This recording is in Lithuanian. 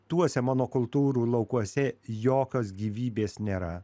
tuose monokultūrų laukuose jokios gyvybės nėra